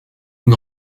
une